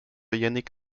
yannick